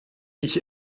ich